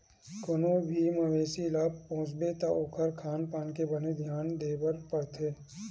कोनो भी मवेसी ल पोसबे त ओखर खान पान के बने धियान देबर परथे